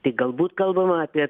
tai galbūt kalbama apie